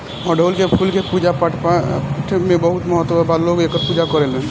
अढ़ऊल के फूल के पूजा पाठपाठ में बहुत महत्व बा लोग एकर पूजा करेलेन